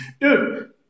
Dude